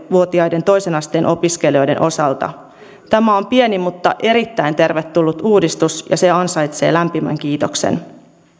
vuotiaiden toisen asteen opiskelijoiden osalta tämä on pieni mutta erittäin tervetullut uudistus ja se ansaitsee lämpimän kiitoksen